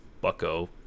bucko